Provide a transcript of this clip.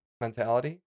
mentality